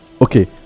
okay